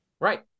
Right